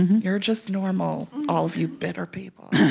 you're just normal, all of you bitter people